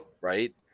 right